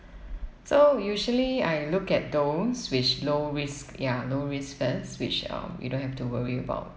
so usually I look at those which low risk ya low risk first which um you don't have to worry about